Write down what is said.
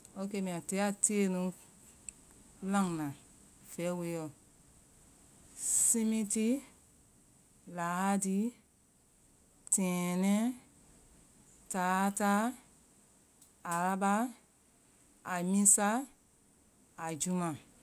Okey mbɛ tiya nu lan na vai woe lɔ. Simiti, lahadi, tɛɛnɛɛ, talata, alaba, aimisa, aijima.